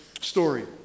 story